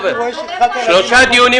שלושה דיונים,